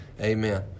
Amen